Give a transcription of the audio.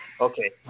Okay